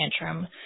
tantrum